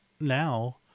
now